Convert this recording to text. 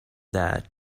that